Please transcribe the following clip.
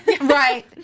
Right